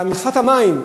מכסת המים,